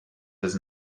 does